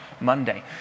Monday